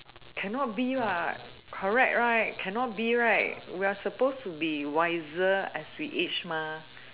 cannot be what correct right cannot be right we are suppose to be wiser as we age mah